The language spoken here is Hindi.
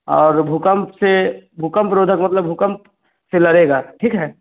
और भूकंप से भूकंपरोधक मतलब भूकंप से लड़ेगा ठीक है